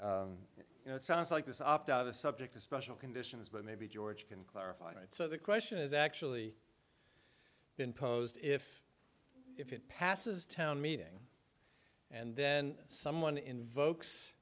question you know it sounds like this opt out of the subject of special conditions but maybe george can clarify right so the question is actually been posed if if it passes town meeting and then someone invokes